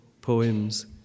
poems